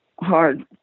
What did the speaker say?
hard